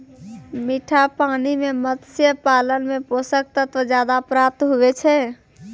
मीठा पानी मे मत्स्य पालन मे पोषक तत्व ज्यादा प्राप्त हुवै छै